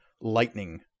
lightning